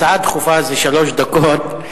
הצעה דחופה זה שלוש דקות.